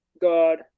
God